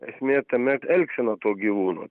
esmė tame elgsena to gyvūno